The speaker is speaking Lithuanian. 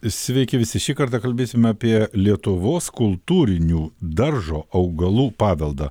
sveiki visi šį kartą kalbėsime apie lietuvos kultūrinių daržo augalų paveldą